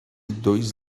dois